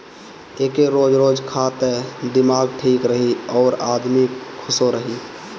एके रोज रोज खा त दिमाग ठीक रही अउरी आदमी खुशो रही